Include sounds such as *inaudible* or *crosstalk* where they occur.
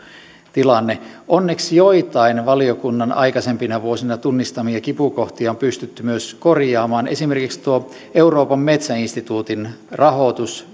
tilanne onneksi joitain valiokunnan aikaisempina vuosina tunnistamia kipukohtia on pystytty myös korjaamaan esimerkiksi tuo euroopan metsäinstituutin rahoitus *unintelligible*